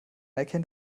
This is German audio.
erkennt